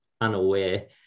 unaware